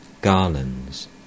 garlands